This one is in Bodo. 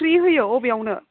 फ्रि होयो अ बेयावनो